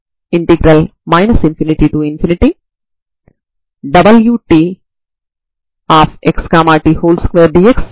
దీనివల్ల ఈ క్యాలిక్యులేషన్లన్ని ఉన్నాయి